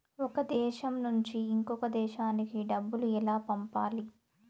ఒక దేశం నుంచి ఇంకొక దేశానికి డబ్బులు ఎలా పంపాలి?